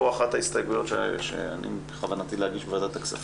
פה אחת ההסתייגויות שבכוונתי להגיש בוועדת הכספים,